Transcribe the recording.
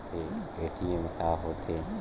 ATM का होथे?